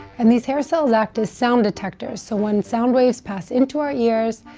and these hair cells act as sound detectors. so when sound waves pass into our ears,